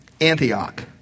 Antioch